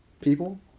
people